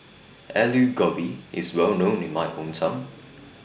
Alu Gobi IS Well known in My Hometown